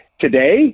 today